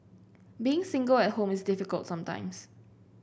being single at home is difficult sometimes